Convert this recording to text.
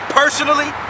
personally